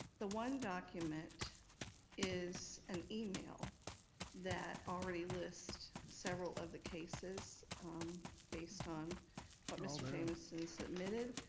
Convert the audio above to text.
the one document is an email that already lists several of the cases based on what mr. jamison submitted,